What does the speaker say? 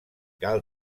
cal